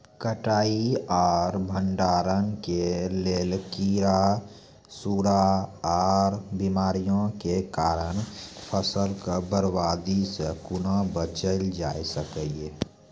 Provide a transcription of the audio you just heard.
कटाई आर भंडारण के लेल कीड़ा, सूड़ा आर बीमारियों के कारण फसलक बर्बादी सॅ कूना बचेल जाय सकै ये?